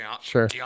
sure